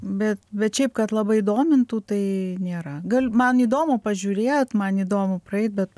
bet bet šiaip kad labai domintų tai nėra gal man įdomu pažiūrėt man įdomu praeit bet